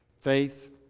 Faith